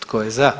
Tko je za?